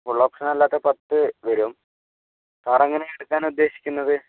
full ഓപ്ഷനല്ലാത്തത് പത്ത് വരും സാറ് എങ്ങനെ എടുക്കാനാണ് ഉദ്ദേശിക്കുന്നത്